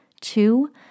Two